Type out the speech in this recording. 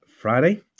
Friday